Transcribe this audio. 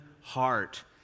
heart